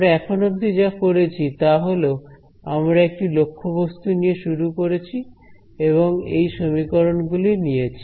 আমরা এখন অব্দি যা করেছি তাহল আমরা একটি লক্ষ্যবস্তু নিয়ে শুরু করেছি এবং এই সমীকরণ গুলি নিয়েছে